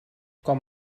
com